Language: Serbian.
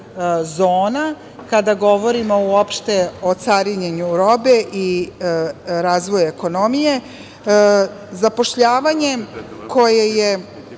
zona kada govorimo uopšte o carinjenju robe i razvoju ekonomije. Zapošljavanje koje je